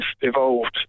evolved